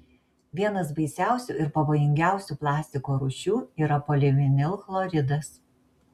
vienas baisiausių ir pavojingiausių plastiko rūšių yra polivinilchloridas